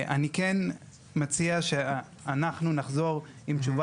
אני כן מציע שאנחנו נחזור לוועדה עם תשובה